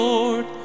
Lord